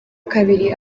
kabiri